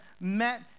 met